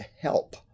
help